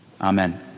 Amen